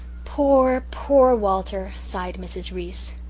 pore, pore walter, sighed mrs. reese.